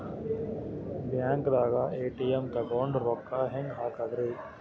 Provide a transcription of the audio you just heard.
ಬ್ಯಾಂಕ್ದಾಗ ಎ.ಟಿ.ಎಂ ತಗೊಂಡ್ ರೊಕ್ಕ ಹೆಂಗ್ ಹಾಕದ್ರಿ?